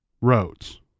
roads